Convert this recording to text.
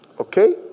Okay